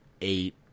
eight